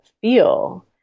feel